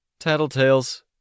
Tattletales